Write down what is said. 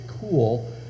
cool